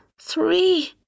three